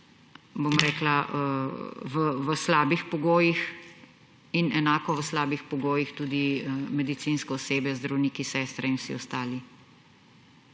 da so v slabih pogojih in enako v slabih pogojih tudi medicinsko osebje, zdravniki, sestre in vsi ostali.